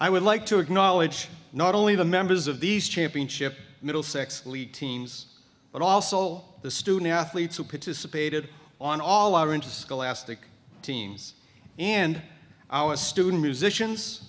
i would like to acknowledge not only the members of these championship middlesex league teams but also the student athletes who participated on all our interest elastic teams and our student musicians